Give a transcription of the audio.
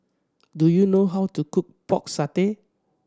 do you know how to cook Pork Satay